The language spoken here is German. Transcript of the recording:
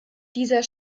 dieser